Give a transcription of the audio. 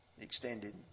extended